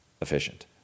efficient